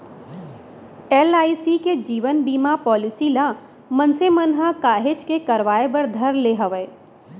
LIC के जीवन बीमा पॉलीसी ल मनसे मन ह काहेच के करवाय बर धर ले हवय